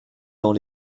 dans